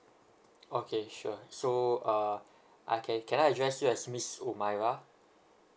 okay sure so uh I can can I address yes as miss umairah